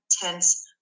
tense